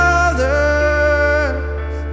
others